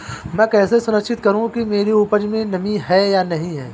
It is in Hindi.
मैं कैसे सुनिश्चित करूँ कि मेरी उपज में नमी है या नहीं है?